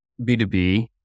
B2B